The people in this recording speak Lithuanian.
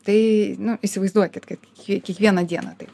tai nu įsivaizduokit kad ji kiekvieną dieną taip